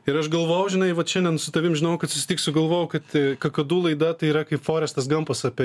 ir aš galvojau žinai vat šiandien su tavim žinojau kad susitiksiu galvojau kad kakadu laida tai yra kaip forestas gampas apie